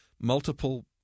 multiple